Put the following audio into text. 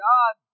God